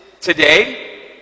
today